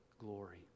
glory